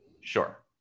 Sure